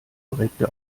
korrekte